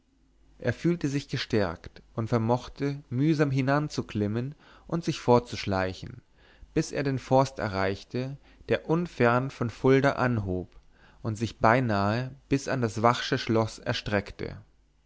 er fühlte sich gestärkt und vermochte mühsam hinanzuklimmen und sich fortzuschleichen bis er den forst erreichte der unfern von fulda anhob und sich beinahe bis an das vachsche schloß erstreckte